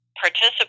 participate